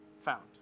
found